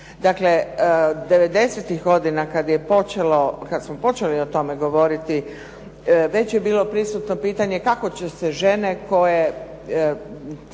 devedesetih godina kad smo počeli o tome govoriti već je bilo prisutno pitanje kako će se žene koje